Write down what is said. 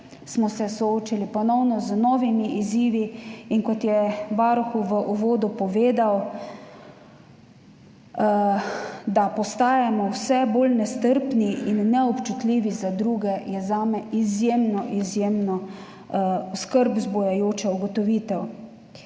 smo se ponovno soočili z novimi izzivi. In kot je varuh v uvodu povedal, da postajamo vse bolj nestrpni in neobčutljivi za druge, je zame izjemno izjemno skrb vzbujajoča ugotovitev.